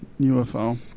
UFO